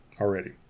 already